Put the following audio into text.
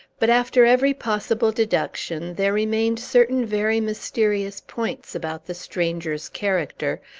but, after every possible deduction, there remained certain very mysterious points about the stranger's character,